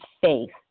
faith